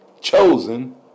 chosen